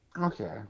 okay